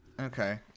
Okay